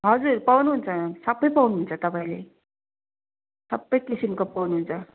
हजुर पाउनु हुन्छ मेम सब पाउनु हुन्छ तपाईँले सब किसिमको पाउनु हुन्छ